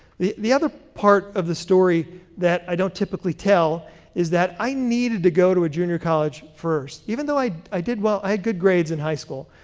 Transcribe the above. the the other part of the story that i don't typically tell is that i needed to go to a junior college first. even though i i did well, i had good grades in high school,